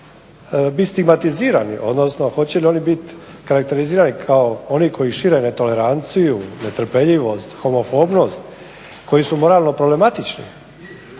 bit stigmatizirani, odnosno hoće li oni bit karakterizirani kao oni koji šire netoleranciju, netrpeljivost, homofobnost, koji su moralno problematični.